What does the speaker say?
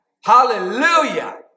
Hallelujah